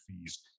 fees